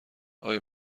آیا